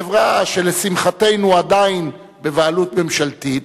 חברה שלשמחתנו עדיין בבעלות ממשלתית,